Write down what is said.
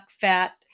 fat